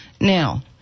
Now